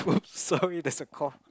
sorry there's a cough